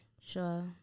Sure